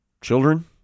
children